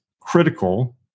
critical